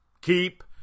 Keep